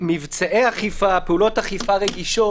מבצעי אכיפה, פעולות אכיפה רגישות.